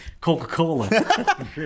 coca-cola